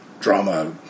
drama